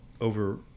over